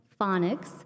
phonics